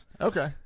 Okay